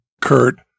Kurt